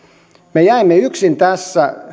me jäimme yksin tässä